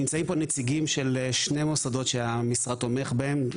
נמצאים פה נציגים של שני מוסדות שהמשרד תומך בהם,